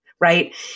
right